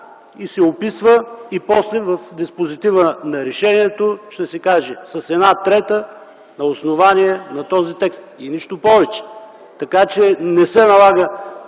и се описва, и после в диспозитива на решението ще се каже – „с една трета” на основание на този текст. И нищо повече. Господин Корнезов